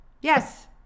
Yes